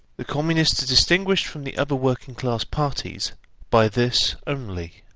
the communists are distinguished from the other working-class parties by this only